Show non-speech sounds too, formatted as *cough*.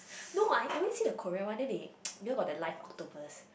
no I always see the Korean one then they *noise* you know got the live octopus